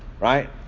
Right